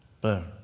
Boom